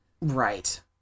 Right